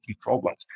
problems